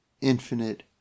infinite